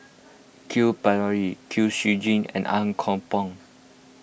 Q Pereira Kwek Siew Jin and Ang Kok Peng